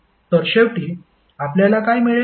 तर शेवटी आपल्याला काय मिळेल